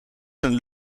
een